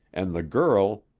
and the girl,